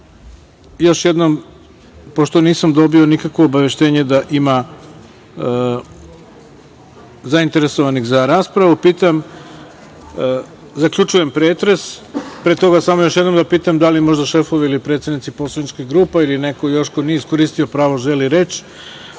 još jednom pošto nisam dobio nikakvo obaveštenje da ima zainteresovanih za raspravu, zaključujem pretres. Pre toga da pitam da li možda šefovi ili predstavnici poslaničkih grupa ili neko još ko nije iskoristio pravo želi reč?